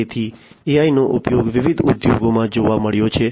તેથી AI નો ઉપયોગ વિવિધ ઉદ્યોગોમાં જોવા મળ્યો છે